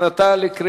בעבודה (תיקון מס' 13) (הגברת האכיפה),